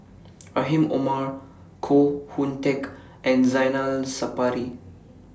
Rahim Omar Koh Hoon Teck and Zainal Sapari